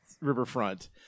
riverfront